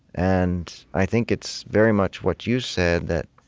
and i think it's very much what you said that